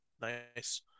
Nice